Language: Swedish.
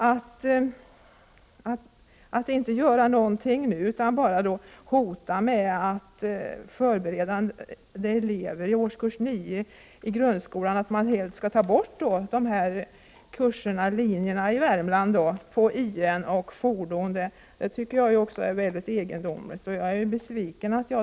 Att man inte vill göra någonting utan bara hotar förberedande elever i årskurs 9 i grundskolan med att In-linjen och fordonstekniska linjen i Värmland helt skall tas bort tycker jag är mycket egendomligt. Jag är besviken över svaret.